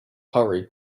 hurry